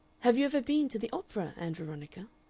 have you ever been to the opera, ann veronica?